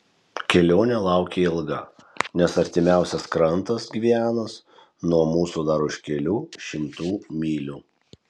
kelionė laukia ilga nes artimiausias krantas gvianos nuo mūsų dar už kelių šimtų mylių